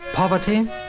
Poverty